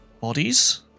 bodies